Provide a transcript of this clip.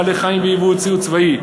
בעלי-חיים ויבוא ציוד צבאי,